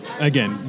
again